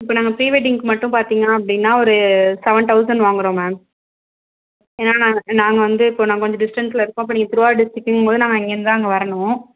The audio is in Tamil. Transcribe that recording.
இப்போ நாங்கள் ப்ரீவெட்டிங் மட்டும் பார்த்தீங்கன்னா அப்படினா ஒரு செவன் தெளசண்ட் வாங்குகிறோம் மேம் ஏன்னால் நாங்கள் நாங்கள் வந்து இப்போது நாங்கள் கொஞ்சம் டிஸ்டன்ஸ்சில் இருக்கோம் இப்போ நீங்கள் திருவாரூர் டிஸ்டிக்கும்போது நாங்கள் இங்கிருந்து தான் அங்கே வரணும்